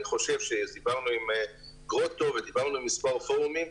ודיברנו עם גרוטו ודיברנו במספר פורומים.